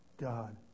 God